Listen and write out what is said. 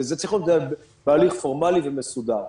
וזה צריך להיות בהליך פורמלי ומסודר.